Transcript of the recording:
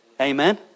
Amen